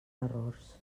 errors